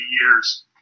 years